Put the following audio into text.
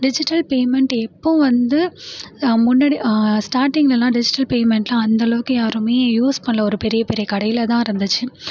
digital payment எப்போ வந்து முன்னாடி ஸ்டாட்டிங்லலாம் டிஜிட்டல் பேமெண்ட்லாம் அந்த அளவுக்கு யாருமே யூஸ் பண்ணலை ஒரு பெரிய பெரிய கடையில தான் இருந்துச்சு